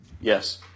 Yes